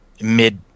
mid